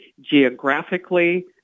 geographically